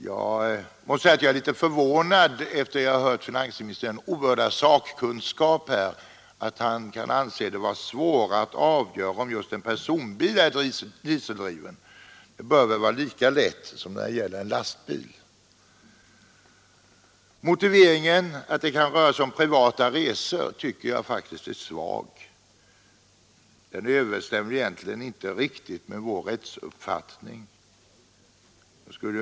Jag måste säga att jag är litet förvånad efter att ha hört finansministerns stora sakkunskap över att han kan anse det vara svårare att avgöra om just en personbil är dieseldriven. Det bör väl vara lika lätt som när det gäller en lastbil. Motiveringen att det kan röra sig om privata resor tycker jag faktiskt är svag. Den överensstämmer egentligen inte riktigt med vår rättsuppfattning.